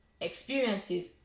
experiences